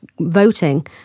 voting